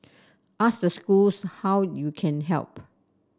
ask the schools how you can help